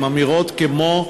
עם אמירות כמו: